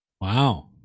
wow